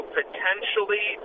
potentially